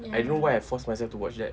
I don't know why I force myself to watch that